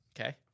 Okay